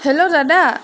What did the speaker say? hello দাদা